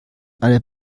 einer